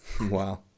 Wow